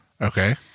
Okay